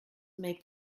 make